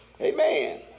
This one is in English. Amen